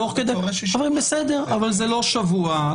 זה לא שבוע.